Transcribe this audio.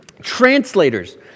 Translators